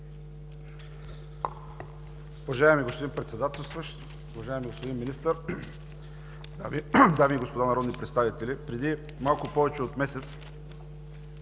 благодаря